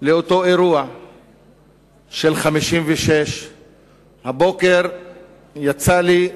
לאותו אירוע של 1956. הבוקר יצא לי,